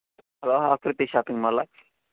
hello Akruti shopping Mala